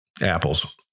Apples